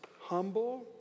humble